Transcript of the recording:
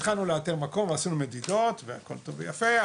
התחלנו לאתר מקום ועשינו מדידות והכל טוב ויפה,